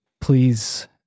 please